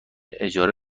اجاره